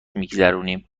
میگذرونیم